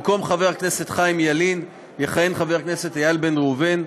במקום חבר הכנסת חיים ילין יכהן חבר הכנסת איל בן ראובן,